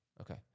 Okay